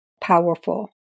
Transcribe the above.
powerful